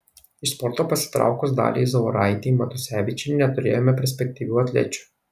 iš sporto pasitraukus daliai zauraitei matusevičienei neturėjome perspektyvių atlečių